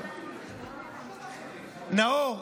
נאור,